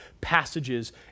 passages